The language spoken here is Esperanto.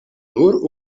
nur